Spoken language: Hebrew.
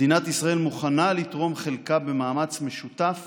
מדינת ישראל מוכנה לתרום חלקה במאמץ משותף